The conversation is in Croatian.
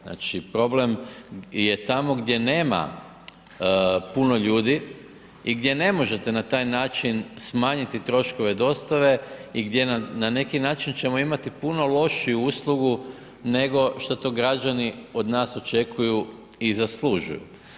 Znači problem je tamo gdje nema puno ljudi i gdje ne možete na taj način smanjiti troškove dostave i gdje na neki način ćemo imati puno lošiju uslugu nego što to građani od nas očekuju i zaslužuju.